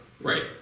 right